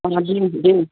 অঁ আজি দুদিন